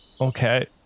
Okay